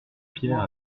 pierre